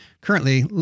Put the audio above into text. currently